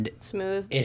smooth